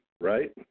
right